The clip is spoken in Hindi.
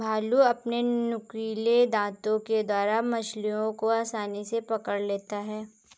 भालू अपने नुकीले दातों के द्वारा मछलियों को आसानी से पकड़ लेता है